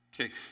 Okay